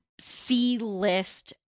C-list